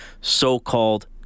so-called